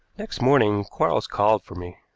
next morning quarles called for me.